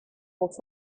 what